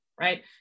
right